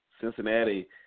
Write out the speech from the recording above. Cincinnati